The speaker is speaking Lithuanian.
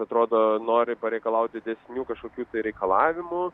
atrodo nori pareikalauti didesnių kažkokių tai reikalavimų